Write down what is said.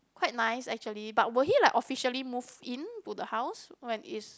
quite nice actually but will he like officially move into the house when it's